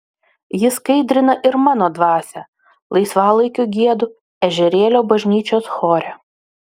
ji skaidrina ir mano dvasią laisvalaikiu giedu ežerėlio bažnyčios chore